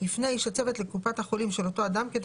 יפנה איש הצוות לקופת החולים של אותו אדם כדי